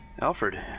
Alfred